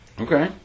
Okay